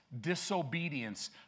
disobedience